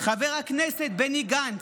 חבר הכנסת בני גנץ.